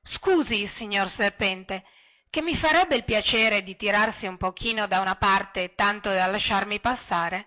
scusi signor serpente che mi farebbe il piacere di tirarsi un pochino da una parte tanto da lasciarmi passare